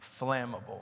flammable